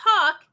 talk